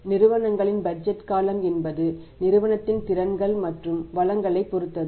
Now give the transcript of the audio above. மற்றும் நிறுவனங்களின் பட்ஜெட் காலம் என்பது நிறுவனத்தின் திறன்கள் மற்றும் வளங்களை பொருத்தது